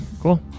Cool